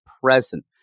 present